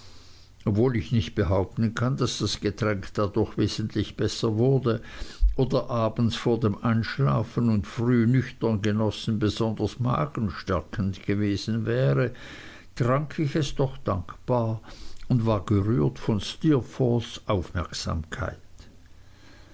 obwohl ich nicht behaupten kann daß das getränk dadurch wesentlich besser wurde oder abends vor dem einschlafen und früh nüchtern genossen besonders magenstärkend gewesen wäre trank ich es doch dankbar und war gerührt von steerforths aufmerksamkeit